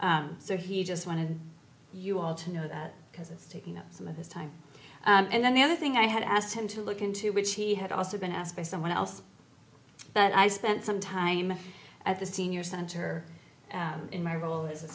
forward so he just wanted you all to know because it's taking up some of his time and then the other thing i had asked him to look into which he had also been asked by someone else but i spent some time at the senior center in my role as a